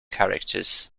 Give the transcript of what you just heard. characters